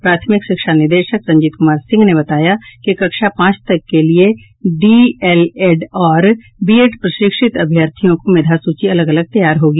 प्राथमिक शिक्षा निदेशक रंजीत कुमार सिंह ने बताया कि कक्षा पांच तक के लिये डीएलएड और बीएड प्रशिक्षित अभ्यर्थियों की मेधा सूची अलग अलग तैयार होगी